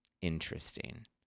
Interesting